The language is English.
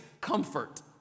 comfort